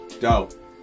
Dope